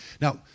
Now